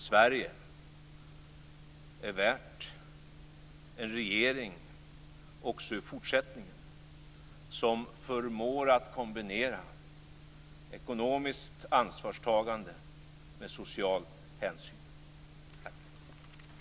Sverige är värt en regering, också i fortsättningen, som förmår att kombinera ekonomiskt ansvarstagande med social hänsyn.